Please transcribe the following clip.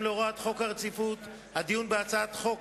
להוראות חוק רציפות הדיון בהצעות חוק,